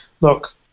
look